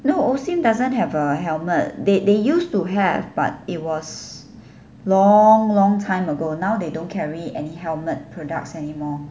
no Osim doesn't have the helmet they they used to have but it was long long time ago now they don't carry and helmet products anymore